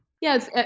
Yes